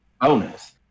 bonus